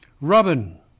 Robin